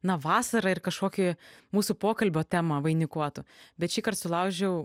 na vasarą ir kažkokį mūsų pokalbio temą vainikuotų bet šįkart sulaužiau